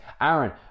Aaron